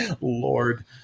lord